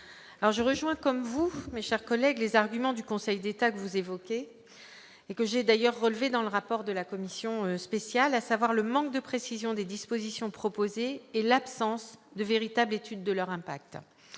Je souscris comme vous, mon cher collègue, aux arguments du Conseil d'État que vous évoquez et que j'ai d'ailleurs relevés dans le rapport de la commission spéciale, à savoir le manque de précision des dispositions proposées et l'absence de véritable étude de leur impact.